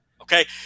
Okay